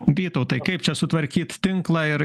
vytautai kaip čia sutvarkyt tinklą ir